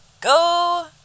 go